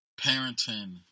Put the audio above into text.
parenting